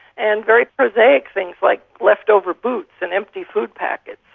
and very prosaic things like leftover boots and empty food packets.